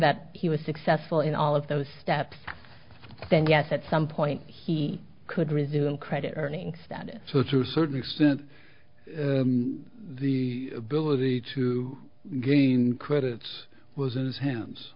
that he was successful in all of those steps then yes at some point he could resume credit earning status so to certain extent the ability to gain credits was in his hands